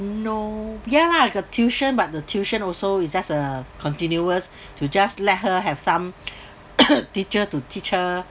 no ya lah got tuition but the tuition also is just a continuous to just let her have some teacher to teach her